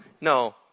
No